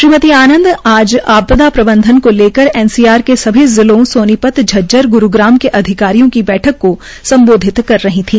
श्रीमती आनंद आज आपदा प्रबंधन को लेकर एनसीआर के सभी जिलों सोनीपत झज्जर ग्रूग्राम के अधिकारियों की बैठक को संबोधित कर रही थी